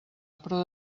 però